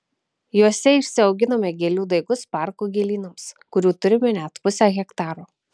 juose išsiauginame gėlių daigus parko gėlynams kurių turime net pusę hektaro